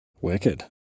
Wicked